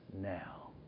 now